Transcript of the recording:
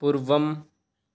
पूर्वम्